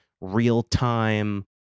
real-time